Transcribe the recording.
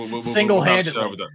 Single-handedly